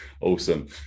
Awesome